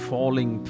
Falling